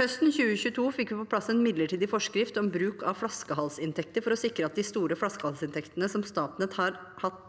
Høsten 2022 fikk vi på plass en midler tidig forskrift om bruk av flaskehalsinntekter for å sikre at de store flaskehalsinntektene som Statnett har hatt,